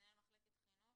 מנהל מחלקת חינוך,